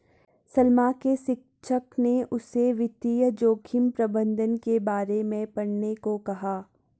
सलमा के शिक्षक ने उसे वित्तीय जोखिम प्रबंधन के बारे में पढ़ने को कहा